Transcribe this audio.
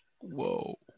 Whoa